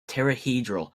tetrahedral